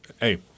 hey